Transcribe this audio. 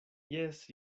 jes